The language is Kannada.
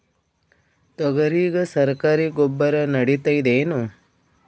ತೊಗರಿಗ ಸರಕಾರಿ ಗೊಬ್ಬರ ನಡಿತೈದೇನು?